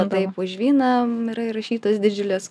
taip už vyną yra įrašytos didžiulės